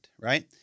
right